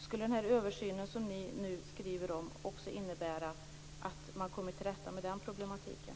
Skulle den översyn som ni nu skriver om också innebära att vi kommer till rätta med den problematiken?